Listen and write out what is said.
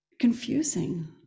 confusing